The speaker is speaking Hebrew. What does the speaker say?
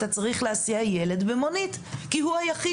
אתה צריך להסיע ילד במונית כי הוא היחיד